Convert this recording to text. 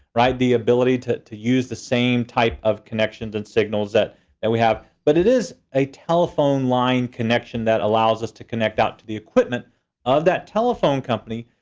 right? the ability to to use the same type of connections and signals that that we have, but it is a telephone line connection that allows us to connect out to the equipment of that telephone company,